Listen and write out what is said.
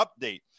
Update